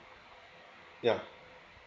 yeah